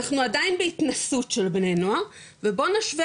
אנחנו עדיין בהתנסות של בני נוער ובוא נשווה